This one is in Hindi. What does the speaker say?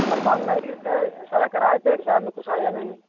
सर नहीं सर सारा कर आए थे एक्स रे में कुछ आया नहीं